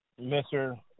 Mr